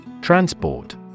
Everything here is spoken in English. Transport